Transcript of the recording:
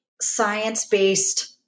science-based